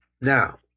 now